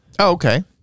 okay